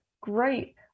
Great